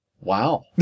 Wow